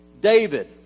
David